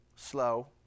slow